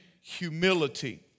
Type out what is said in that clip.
humility